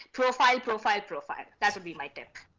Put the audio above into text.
profile, profile, profile. that would be my tip.